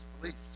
beliefs